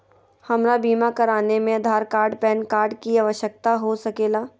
हमरा बीमा कराने में आधार कार्ड पैन कार्ड की आवश्यकता हो सके ला?